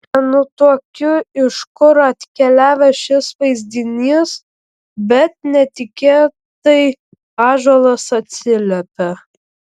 nenutuokiu iš kur atkeliavęs šis vaizdinys bet netikėtai ąžuolas atsiliepia